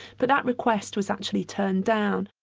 but that request was actually turned down.